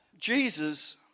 Jesus